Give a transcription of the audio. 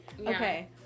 Okay